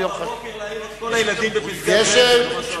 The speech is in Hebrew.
אבל ב-04:00 להעיר את כל הילדים בפסגת-זאב זה כבר משהו אחר.